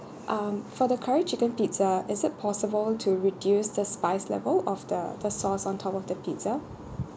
um for the curry chicken pizza is it possible to reduce the spice level of the the sauce on top of the pizza